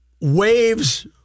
waves